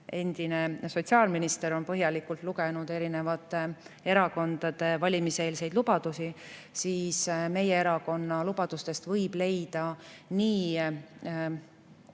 endine sotsiaalminister on põhjalikult lugenud erinevate erakondade valimiseelseid lubadusi –, siis [teate, et] meie erakonna lubadustest võib leida nii